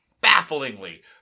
bafflingly